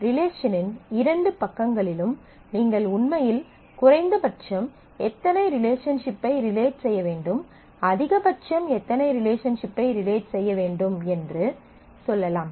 ரிலேஷனின் 2 பக்கங்களிலும் நீங்கள் உண்மையில் குறைந்தபட்சம் எத்தனை ரிலேஷன்சிப்பை ரிலேட் செய்ய வேண்டும் அதிகபட்சம் எத்தனை ரிலேஷன்சிப்பை ரிலேட் செய்ய வேண்டும் என்று சொல்லலாம்